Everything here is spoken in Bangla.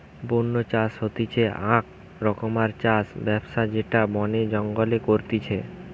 বন্য চাষ হতিছে আক রকমকার চাষ ব্যবস্থা যেটা বনে জঙ্গলে করতিছে